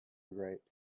grapes